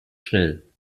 schnell